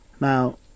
Now